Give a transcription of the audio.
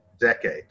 decade